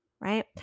right